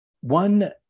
one